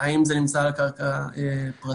אם זה נמצא על הקרקע פרטית פלסטינית.